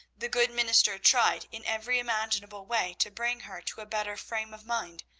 the good minister tried in every imaginable way to bring her to a better frame of mind.